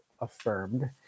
affirmed